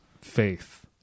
faith